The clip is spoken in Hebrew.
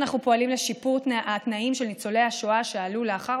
אנחנו פועלים לשיפור התנאים של ניצולי השואה שעלו לאחר